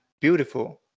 beautiful